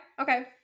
Okay